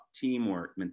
teamwork